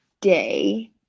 day